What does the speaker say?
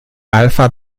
alpha